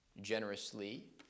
generously